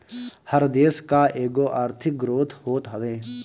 हर देस कअ एगो आर्थिक ग्रोथ होत हवे